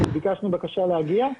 הגשנו בקשה להגיע.